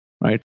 right